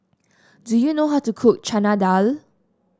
do you know how to cook Chana Dal